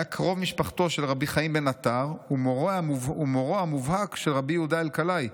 היה קרוב משפחתו של רבי חיים בן עטר ומורו המובהק של רבי יהודה אלקלעי,